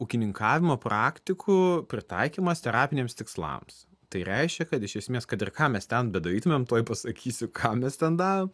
ūkininkavimo praktikų pritaikymas terapiniams tikslams tai reiškia kad iš esmės kad ir ką mes ten bedarytumėm tuoj pasakysiu ką mes ten darom